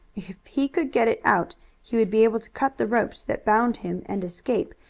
if he could get it out he would be able to cut the ropes that bound him and escape,